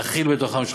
להכיל בתוכם,